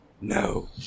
No